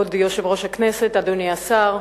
כבוד יושב-ראש הכנסת, אדוני השר,